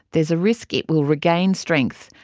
is a risk it will regain strength,